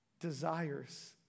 desires